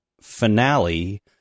finale